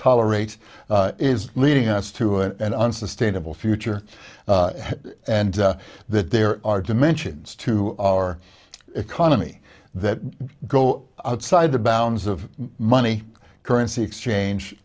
tolerate is leading us to and unsustainable future and that there are dimensions to our economy that go outside the bounds of money currency exchange